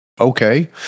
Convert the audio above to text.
Okay